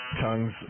Tongues